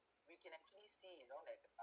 we can actually see you know like uh